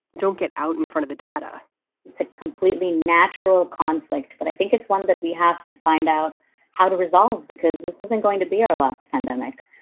don't get out in front of the data it's a completely natural conflict. but i think it's one that we have to find out how to resolve because this isn't going to be our last pandemic.